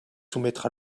soumettre